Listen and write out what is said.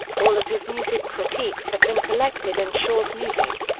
all of his music critiques have been collected in shaw's music.